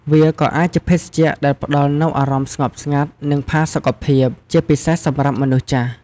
វាក៏អាចជាភេសជ្ជៈដែលផ្តល់នូវអារម្មណ៍ស្ងប់ស្ងាត់ និងផាសុខភាព ជាពិសេសសម្រាប់មនុស្សចាស់។